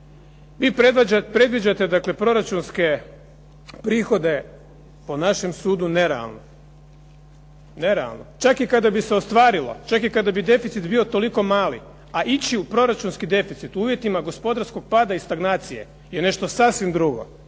Vi predviđate dakle proračunske prihode, po našem sudu, nerealne. Nerealno. Čak i kada bi se ostvarilo, čak i kada bi deficit bio toliko mali, a ići u proračunski deficit uvjetima gospodarskog pada i stagnacije je nešto sasvim drugo,